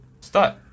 start